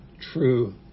true